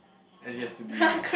and it has to be